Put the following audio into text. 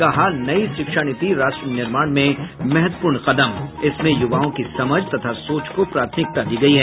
कहा नई शिक्षा नीति राष्ट्र निर्माण में महत्वपूर्ण कदम इसमें युवाओं की समझ तथा सोच को प्राथमिकता दी गई है